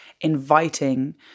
inviting